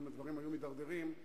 אם הדברים היו מידרדרים,